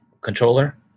controller